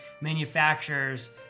manufacturers